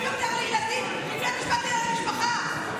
יותר לילדים מבית המשפט לענייני משפחה.